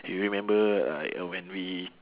you remember like uh when we